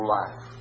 life